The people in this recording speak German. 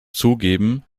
zugeben